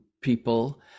people